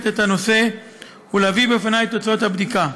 את הנושא ולהביא בפני את תוצאות הבדיקה.